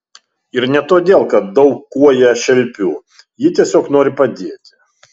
ir ne todėl kad daug kuo ją šelpiu ji tiesiog nori padėti